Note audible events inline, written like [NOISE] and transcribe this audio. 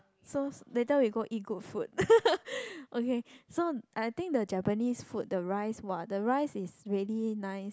so later we go eat good food [LAUGHS] okay so I think the Japanese food the rice !wah! the rice is really nice